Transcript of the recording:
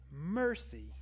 Mercy